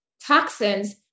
toxins